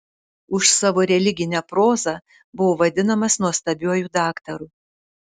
už savo religinę prozą buvo vadinamas nuostabiuoju daktaru